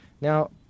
Now